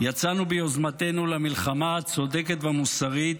יצאנו ביוזמתנו למלחמה הצודקת והמוסרית,